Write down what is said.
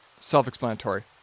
self-explanatory